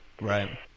Right